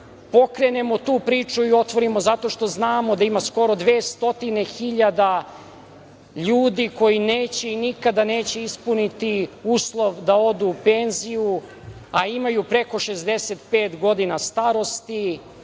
pokrenemo tu priču i otvorimo zato što znamo da ima skoro dve stotine hiljada ljudi koji neće i nikada neće ispuniti uslov da odu u penziju, a imaju preko 65 godina starosti,